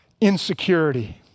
insecurity